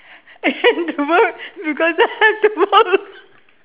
I hate the work because I have to work